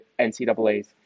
NCAAs